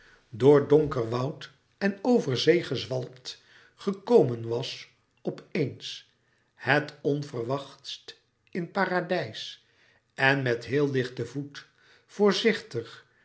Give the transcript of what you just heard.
door donker woud en over zee gezwalpt gekomen was op eens het onverwachtst in paradijs en met heel lichten voet voorzichtig